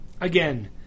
again